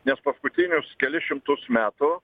nes paskutinius kelis šimtus metų